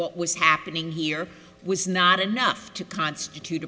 what was happening here was not enough to constitute